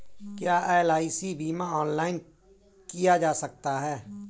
क्या एल.आई.सी बीमा ऑनलाइन किया जा सकता है?